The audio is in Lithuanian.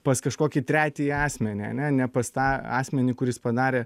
pas kažkokį tretįjį asmenį ane ne pas tą asmenį kuris padarė